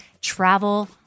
travel